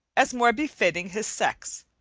as more befitting his sex.